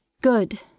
Good